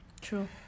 True